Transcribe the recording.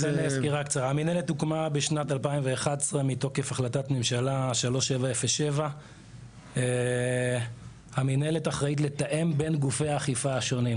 המנהלת הוקמה בשנת 2011 מתוקף החלטת הממשלה 3707. המנהלת אחראית לתאם בין גופי האכיפה השונים.